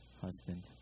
husband